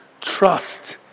trust